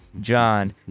John